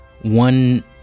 One